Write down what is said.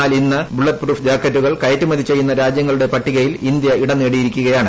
എന്നാൽ ഇന്ന് bullet proof ജാക്കറ്റുകൾ കയറ്റുമതി ചെയ്യുന്ന രാജ്യങ്ങളുടെ പട്ടികയിൽ ഇന്ത്യ ഇടം നേടിയിരിക്കുകയാണ്